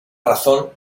razón